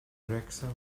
wrecsam